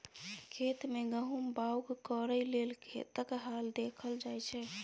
खेत मे गहुम बाउग करय लेल खेतक हाल देखल जाइ छै